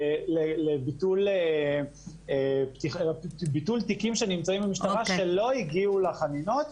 לביטול תיקים שנמצאים במשטרה שלא הגיעו לחנינות.